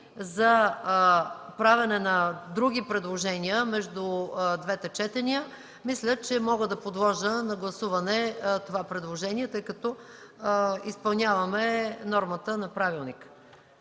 за правене на други предложения между двете четения, мисля, че мога да подложа на гласуване това предложение, тъй като изпълняваме нормата на правилника.